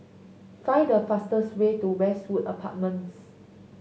find the fastest way to Westwood Apartments